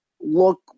look